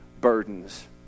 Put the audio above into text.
burdens